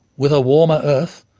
with a warmer earth,